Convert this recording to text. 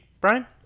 brian